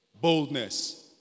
Boldness